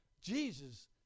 Jesus